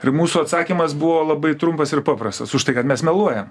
ir mūsų atsakymas buvo labai trumpas ir paprastas už tai kad mes meluojam